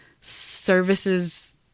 services